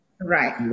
Right